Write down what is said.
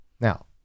Now